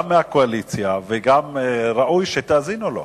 גם מהקואליציה, וגם ראוי שתאזינו לו.